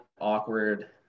awkward